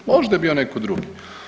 Možda je bio netko drugi.